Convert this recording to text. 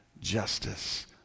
justice